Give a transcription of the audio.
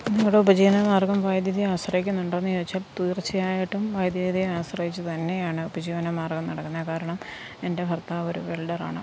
നിങ്ങളുടെ ഉപജീവനമാർഗ്ഗം വൈദ്യുതിയെ ആശ്രയിക്കുന്നുണ്ടോന്ന് ചോദിച്ചാൽ തീർച്ചയായിട്ടും വൈദ്യുതിയെ ആശ്രയിച്ച് തന്നെയാണ് ഉപജീവനമാർഗ്ഗം നടക്കുന്നത് കാരണം കാരണം എൻ്റെ ഭർത്താവ് ഒരു വെൽഡർ ആണ്